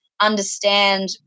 understand